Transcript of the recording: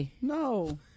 No